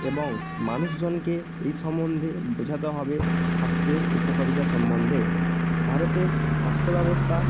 এবং মানুষজনকে এই সম্বন্ধে বোঝাতে হবে স্বাস্থ্যের উপকারিতা সম্বন্ধে ভারতের স্বাস্থ্য ব্যবস্থা